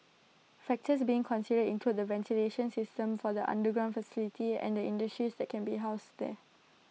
factors being considered include the ventilation system for the underground facility and the industries that can be housed there